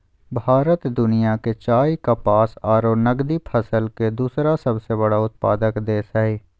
भारत दुनिया के चाय, कपास आरो नगदी फसल के दूसरा सबसे बड़ा उत्पादक देश हई